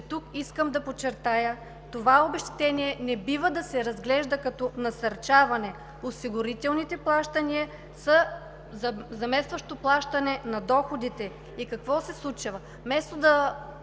че, искам да подчертая, това обезщетение не бива да се разглежда като насърчаване? Осигурителните плащания са заместващо плащане на доходите. Какво се случва? Вместо